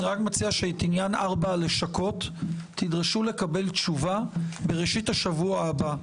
אני מציע שאת עניין ארבע הלשכות תדרשו לקבל תשובה בראשית השבוע הבא,